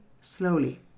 slowly